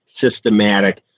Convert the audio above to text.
systematic